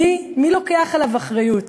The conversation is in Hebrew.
מי לוקח עליו אחריות?